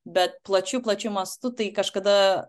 bet plačiu plačiu mastu tai kažkada